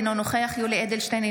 אינו נוכח יולי יואל אדלשטיין,